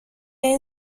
این